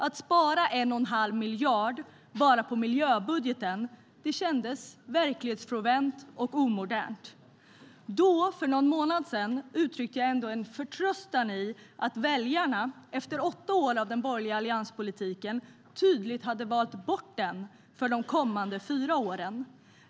Att spara 1,5 miljard på miljöbudgeten kändes både verklighetsfrånvänt och omodernt. Då, för någon månad sedan, kände jag ändå en förtröstan i att väljarna efter åtta år av borgerlig allianspolitik tydligt hade valt bort den för de kommande fyra åren.